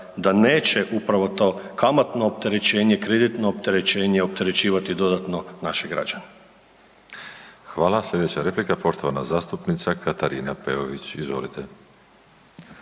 da neće upravo to kamatno opterećenje, kreditno opterećenje opterećivati dodatno naše građane. **Škoro, Miroslav (DP)** Hvala. Slijedeća replika je poštovana zastupnica Katarina Peović. Izvolite.